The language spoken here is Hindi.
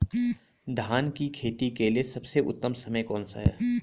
धान की खेती के लिए सबसे उत्तम समय कौनसा है?